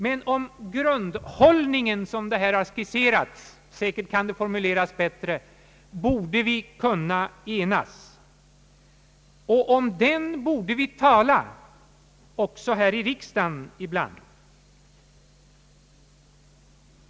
Men om grundhållningen, som den här har skisserats — säkerligen kan den formu leras bättre — borde vi kunna enas, och om den borde vi tala också här i riksdagen ibland.